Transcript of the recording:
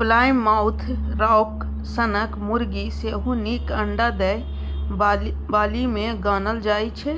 Plymouth Rock सनक मुरगी सेहो नीक अंडा दय बालीमे गानल जाइ छै